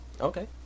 okay